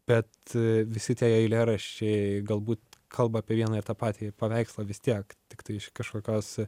bet visi tie eilėraščiai galbūt kalba apie vieną ir tą patį paveikslą vis tiek tiktai iš kažkokios